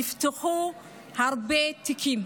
נפתחו הרבה תיקים.